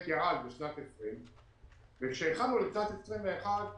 ירד בשנת 20'. כשהתחלתנו את שנת 21',